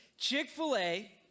Chick-fil-A